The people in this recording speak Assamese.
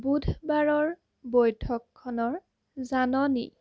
বুধবাৰৰ বৈঠকখনৰ জাননী